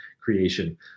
creation